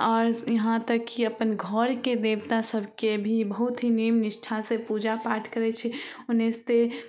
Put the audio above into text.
आओर यहाँ तक कि अपन घरके देवतासभकेँ भी बहुत ही नियम निष्ठासे पूजा पाठ करै छै ओनाहिते